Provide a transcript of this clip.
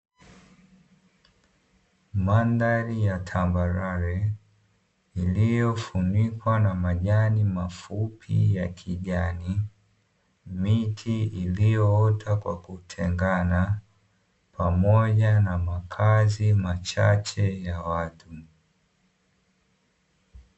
Mandhari ya tambarare iliyofunikwa na majani mafupi ya kijani, miti iliyoota kwa kutengana pamoja na makazi machache ya watu.